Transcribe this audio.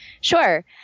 Sure